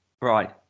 Right